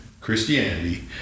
Christianity